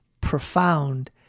profound